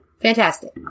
Fantastic